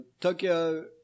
Tokyo